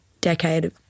decade